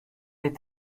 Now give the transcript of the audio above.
des